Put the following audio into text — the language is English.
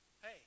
hey